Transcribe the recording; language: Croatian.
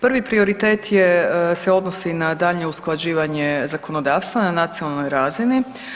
Prvi prioritet se odnosi na daljnje usklađivanje zakonodavstva na nacionalnoj razini.